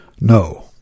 No